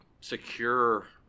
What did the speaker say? secure